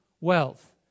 wealth